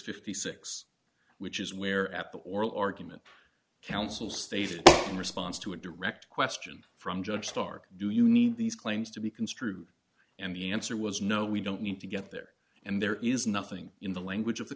dollars which is where at the oral argument counsel station in response to a direct question from judge starr do you need these claims to be construed and the answer was no we don't need to get there and there is nothing in the language of the